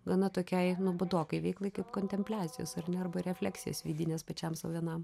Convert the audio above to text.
gana tokiai nuobodokai veiklai kaip kontempliacijos ar nervų refleksijos vidinės pačiam sau vienam